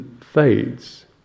fades